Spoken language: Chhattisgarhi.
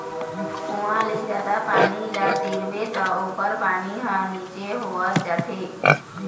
कुँआ ले जादा पानी ल तिरबे त ओखर पानी ह नीचे होवत जाथे